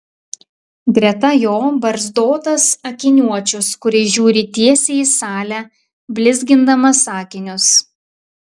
greta jo barzdotas akiniuočius kuris žiūri tiesiai į salę blizgindamas akinius